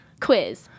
quiz